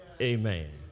Amen